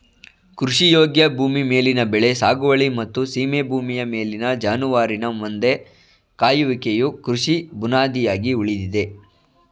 ಕೃಷಿಯೋಗ್ಯ ಭೂಮಿ ಮೇಲಿನ ಬೆಳೆ ಸಾಗುವಳಿ ಮತ್ತು ಸೀಮೆ ಭೂಮಿಯ ಮೇಲಿನ ಜಾನುವಾರಿನ ಮಂದೆ ಕಾಯುವಿಕೆಯು ಕೃಷಿ ಬುನಾದಿಯಾಗಿ ಉಳಿದಿದೆ